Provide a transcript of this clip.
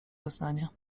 wyznania